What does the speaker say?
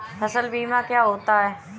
फसल बीमा क्या होता है?